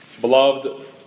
Beloved